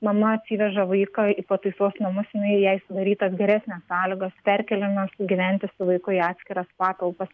mama atsiveža vaiką į pataisos namus jinai jai sudarytos geresnės sąlygos perkeliama gyventi su vaiku į atskiras patalpas